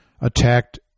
attacked